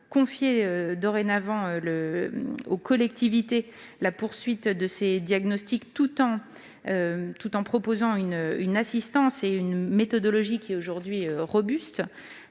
confié aux collectivités le soin de poursuivre ces diagnostics, tout en proposant une assistance et une méthodologie qui est aujourd'hui robuste.